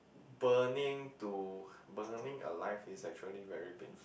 burning to burning alive is actually very painful